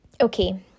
Okay